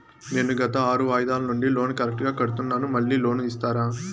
నేను గత ఆరు వాయిదాల నుండి లోను కరెక్టుగా కడ్తున్నాను, మళ్ళీ లోను ఇస్తారా?